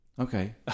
Okay